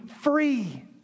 free